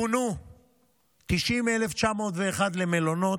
פונו 90,901 למלונות,